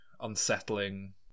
unsettling